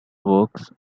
works